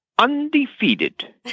Undefeated